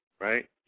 right